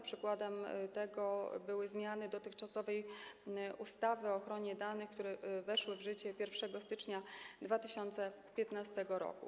Przykładem tego były zmiany dotychczasowej ustawy o ochronie danych, które weszły w życie 1 stycznia 2015 r.